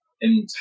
entire